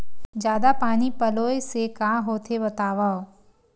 जादा पानी पलोय से का होथे बतावव?